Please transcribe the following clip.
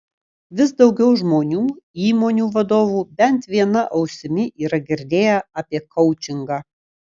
vis daugiau žmonių įmonių vadovų bent viena ausimi yra girdėję apie koučingą